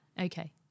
Okay